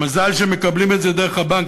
שמזל שמקבלים את זה דרך הבנק,